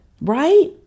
right